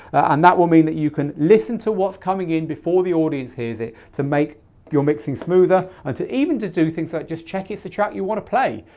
and that will mean that you can listen to what's coming in before the audience hears it to make your mixing smoother and to even to do things that just check it's the track you want to play.